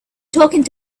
talking